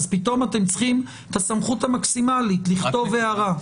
אז פתאום אתם צריכים את הסמכות המקסימלית לכתוב הערה.